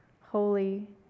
holy